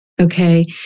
okay